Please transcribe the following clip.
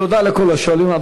תודה לכל השואלים.